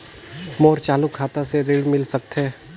मोर चालू खाता से ऋण मिल सकथे?